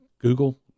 Google